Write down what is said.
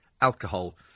alcohol